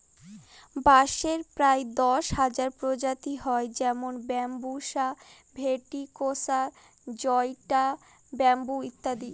বাঁশের প্রায় দশ হাজার প্রজাতি হয় যেমন বাম্বুসা ভেন্ট্রিকসা জায়ন্ট ব্যাম্বু ইত্যাদি